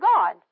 God